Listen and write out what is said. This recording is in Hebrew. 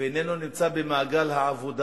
ואיננו נמצא במעגל העבודה.